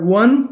one